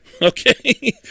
Okay